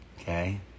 okay